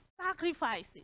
sacrifices